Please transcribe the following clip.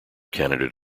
candidate